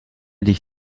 dich